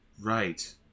right